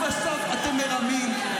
כי בסוף אתם מרמים,